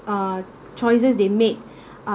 uh choices they made uh